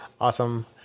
Awesome